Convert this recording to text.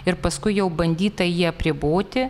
ir paskui jau bandyta jį apriboti